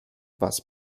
was